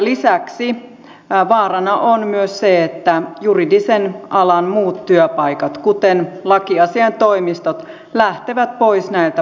lisäksi vaarana on myös se että juridisen alan muut työpaikat kuten lakiasiaintoimistot lähtevät pois näiltä paikkakunnilta